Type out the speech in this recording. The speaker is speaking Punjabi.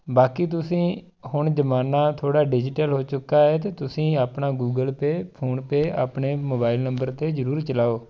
ਬਾਕੀ ਤੁਸੀਂ ਹੁਣ ਜ਼ਮਾਨਾ ਥੋੜ੍ਹਾ ਡਿਜੀਟਲ ਹੋ ਚੁੱਕਾ ਹੈ ਅਤੇ ਤੁਸੀਂ ਆਪਣਾ ਗੂਗਲ ਪੇਅ ਫ਼ੋਨਪੇਅ ਆਪਣੇ ਮੋਬਾਈਲ ਨੰਬਰ 'ਤੇ ਜ਼ਰੂਰ ਚਲਾਓ